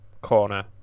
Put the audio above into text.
corner